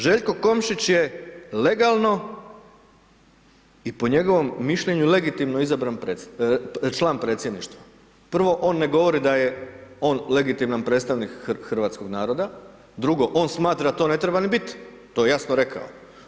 Željko Komšić je legalno i po njegovom mišljenju legitimno izabran član predsjedništva, prvo on ne govori da je on legitiman predstavnik hrvatskoga naroda, drugo on smatra da to ne treba ni biti, to je jasno rekao.